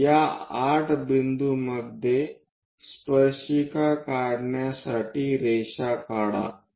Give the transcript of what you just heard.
तर या 8 बिंदूमध्ये स्पर्शिका काढण्यासाठी रेषा काढा